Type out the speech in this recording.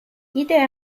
jede